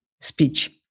speech